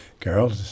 Carol